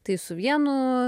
tai su vienu